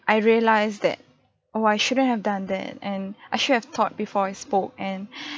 I realise that oh I shouldn't have done that and I should have thought before I spoke and